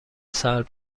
سلب